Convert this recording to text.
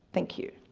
thank you.